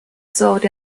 sold